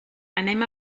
anem